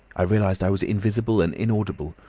i realised i was invisible and inaudible,